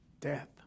death